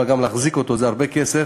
אבל גם להחזיק אותו זה הרבה כסף.